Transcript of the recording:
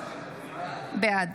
בעד